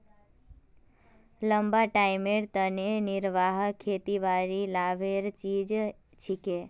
लंबा टाइमेर तने निर्वाह खेतीबाड़ी लाभेर चीज छिके